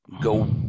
go